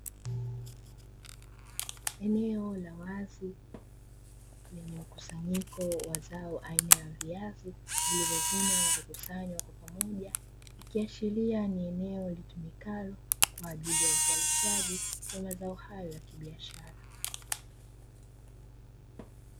Eneo la wazi lenye mkusanyiko wa zao aina ya viazi vilivyovunwa na kukusanywa kwa pamoja, ikiashiria ni eneo litumikalo kwa ajili ya uzalishaji wa mazao hayo ya kibiashara.